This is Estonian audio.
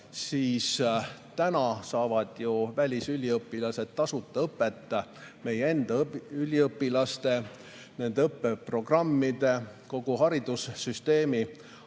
praegu saavad ju välisüliõpilased tasuta õpet meie enda üliõpilaste ja nende õppeprogrammide, kogu haridussüsteemi